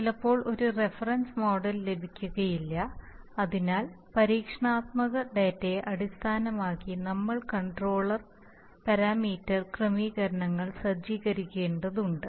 ചിലപ്പോൾ ഒരു reference model ലഭ്യമായേക്കില്ല അതിനാൽ പരീക്ഷണാത്മക ഡാറ്റയെ അടിസ്ഥാനമാക്കി നമ്മൾ കൺട്രോളർ പാരാമീറ്റർ ക്രമീകരണങ്ങൾ സജ്ജീകരിക്കേണ്ടതുണ്ട്